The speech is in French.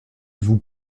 vous